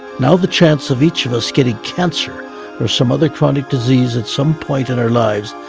now the chance of each of us getting cancer or some other chronic disease at some point in our life,